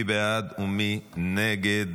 מי בעד ומי נגד?